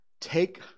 take